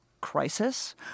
crisis